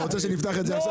אתה רוצה שנפתח את זה עכשיו?